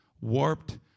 warped